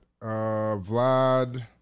Vlad